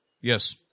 Yes